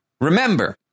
remember